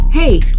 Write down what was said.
Hey